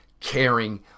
caring